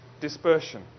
dispersion